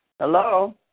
Hello